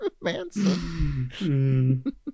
Manson